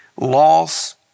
Loss